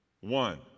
one